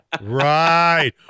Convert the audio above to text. Right